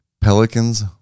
Pelicans